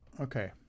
Okay